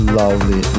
lovely